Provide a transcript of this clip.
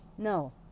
No